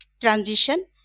transition